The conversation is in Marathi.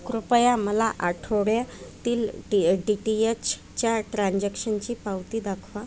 कृपया मला आठवड्यातील डी डी टी एचच्या ट्रान्झॅक्शनची पावती दाखवा